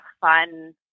fun